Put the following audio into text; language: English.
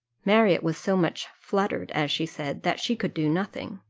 marriott was so much fluttered, as she said, that she could do nothing.